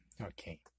Okay